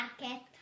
market